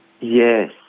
Yes